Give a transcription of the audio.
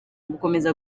gukomeza